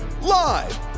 live